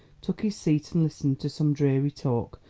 took his seat and listened to some dreary talk,